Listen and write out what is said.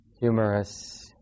humorous